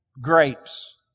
grapes